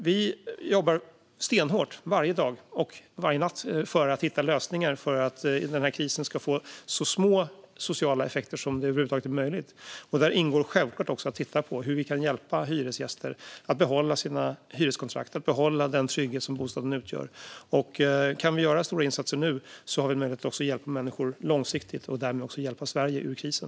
Vi jobbar stenhårt, varje dag och varje natt, för att hitta lösningar så att krisen ska få så små sociala effekter som det över huvud taget är möjligt. Där ingår självklart också att titta på hur vi kan hjälpa hyresgäster att behålla sina hyreskontrakt och behålla den trygghet som bostaden utgör. Kan vi göra stora insatser nu har vi möjlighet att hjälpa människor även långsiktigt - och därmed hjälpa Sverige ur krisen.